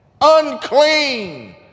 unclean